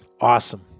Awesome